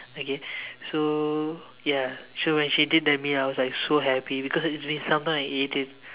okay so ya so when she did that meal I was like so happy because it's been some time I ate it